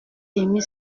demi